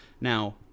now